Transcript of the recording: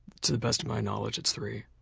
to the best of my knowledge it's three.